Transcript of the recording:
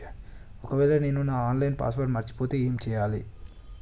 ఒకవేళ నేను నా ఆన్ లైన్ పాస్వర్డ్ మర్చిపోతే ఏం చేయాలే?